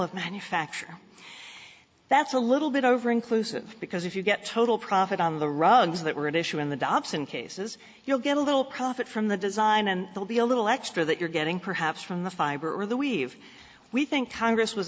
of manufacture that's a little bit over inclusive because if you get total profit on the rugs that were at issue in the dobson cases you'll get a little profit from the design and they'll be a little extra that you're getting perhaps from the fiber or the we've we think congress was